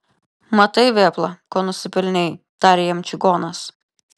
matai vėpla ko nusipelnei tarė jam čigonas